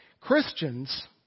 Christians